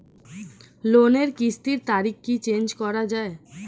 লোনের কিস্তির তারিখ কি চেঞ্জ করা যায়?